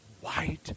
White